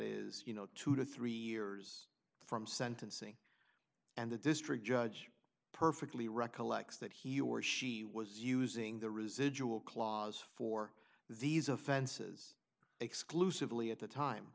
is you know two to three years from sentencing and the district judge perfectly recollects that he or she was using the residual clause for these offenses exclusively at the time